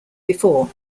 before